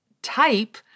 type